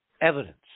evidence